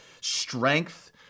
Strength